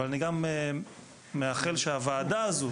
אבל אני גם מאחל שהוועדה הזו,